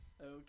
Okay